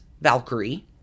Valkyrie